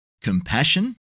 compassion